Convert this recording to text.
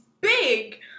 big